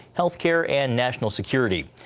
health care and national security.